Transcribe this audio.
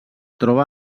troba